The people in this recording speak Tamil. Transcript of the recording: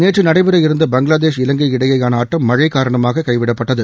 நேற்று நடைபெற இருந்த பங்களாதேஷ் இலங்கை இடையேயான ஆட்டம் மழை காரணமாக கைவிடப்பட்டது